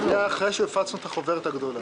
זה תוספת שהייתה אחרי שהחוברת הגדולה